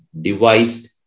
devised